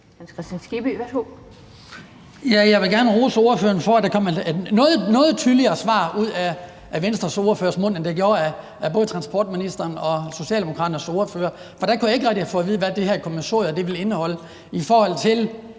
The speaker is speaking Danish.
Jeg vil gerne rose ordføreren for, at der kommer et noget tydeligere svar ud af Venstres ordførers mund, end der gjorde af både transportministerens og Socialdemokratiets ordførers mund. Der kunne jeg ikke rigtig få at vide, hvad det her kommissorium ville indeholde i forhold til